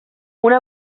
una